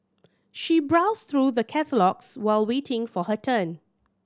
she browsed through the catalogues while waiting for her turn